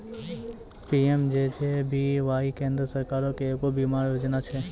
PMJJBY केन्द्र सरकारो के एगो बीमा योजना छै